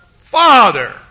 Father